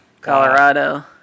Colorado